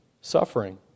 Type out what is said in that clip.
suffering